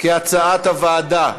כהצעת הוועדה.